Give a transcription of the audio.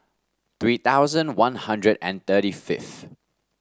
three thousand One Hundred and thirty fifth